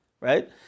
right